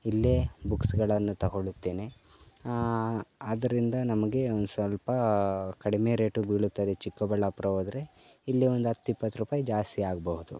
ಇಲ್ಲೇ ಬುಕ್ಸ್ಗಳನ್ನು ತೊಗೊಳ್ಳುತ್ತೇನೆ ಅದರಿಂದ ನಮಗೆ ಒಂದುಸ್ವಲ್ಪ ಕಡಿಮೆ ರೇಟು ಬೀಳುತ್ತದೆ ಚಿಕ್ಕಬಳ್ಳಾಪುರ ಹೋದ್ರೆ ಇಲ್ಲಿ ಒಂದು ಹತ್ತು ಇಪ್ಪತ್ತು ರೂಪಾಯಿ ಜಾಸ್ತಿ ಆಗಭೌದು